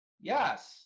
Yes